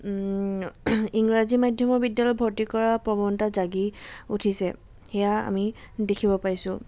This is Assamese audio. ইংৰাজী মাধ্যমৰ বিদ্যালয় ভৰ্তি কৰা প্ৰৱনতা জাগি উঠিছে সেয়া আমি দেখিব পাইছোঁ